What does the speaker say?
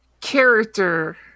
character